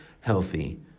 healthy